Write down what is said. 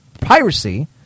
piracy